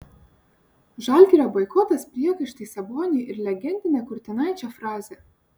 žalgirio boikotas priekaištai saboniui ir legendinė kurtinaičio frazė